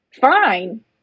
Fine